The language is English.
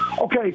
okay